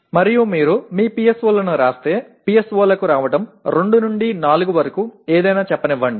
మరియు మీరు మీ PSO లను వ్రాస్తే PSO లకు రావడం 2 నుండి 4 వరకు ఏదైనా చెప్పనివ్వండి